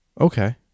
okay